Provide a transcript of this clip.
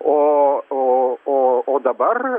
o o o o dabar